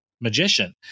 magician